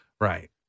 Right